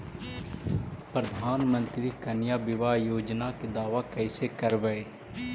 प्रधानमंत्री कन्या बिबाह योजना के दाबा कैसे करबै?